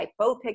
hypopigmentation